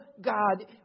God